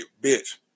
bitch